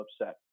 upset